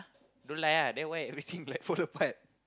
don't lie ah then why everything like fall apart